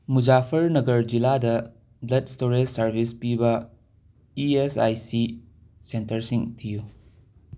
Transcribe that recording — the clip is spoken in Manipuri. ꯃꯨꯖꯥꯐꯔꯅꯒꯔ ꯖꯤꯂꯥꯗ ꯕ꯭ꯂꯠ ꯁ꯭ꯇꯣꯔꯦꯁ ꯁꯥꯔꯕꯤꯁ ꯄꯤꯕ ꯏ ꯑꯦꯁ ꯑꯥꯏ ꯁꯤ ꯁꯦꯟꯇꯔꯁꯤꯡ ꯊꯤꯌꯨ